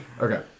Okay